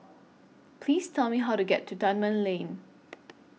Please Tell Me How to get to Dunman Lane